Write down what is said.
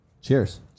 cheers